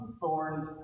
thorns